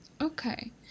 Okay